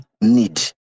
need